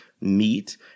meat